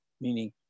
meaning